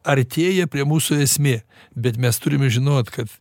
artėja prie mūsų esmė bet mes turime žinot kad